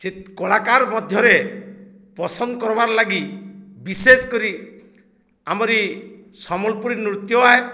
ସେ କଳାକାର ମଧ୍ୟରେ ପସନ୍ଦ କର୍ବାର୍ ଲାଗି ବିଶେଷ କରି ଆମରି ସମ୍ବଲପୁରୀ ନୃତ୍ୟଏ